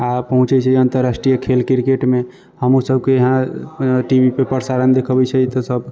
आ पहुँचै छै अन्तर्राष्ट्रीय खेल क्रिकेटमे हमहूँसभके यहाँ टीवीपे प्रसारण देखबै छै तऽ सभ